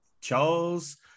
Charles